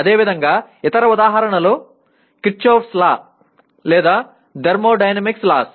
అదేవిధంగా ఇతర ఉదాహరణలు కిర్చోఫ్ఫ్స్ లా Kirchoff's laws లేదా థర్మోడైనమిక్స్ లాస్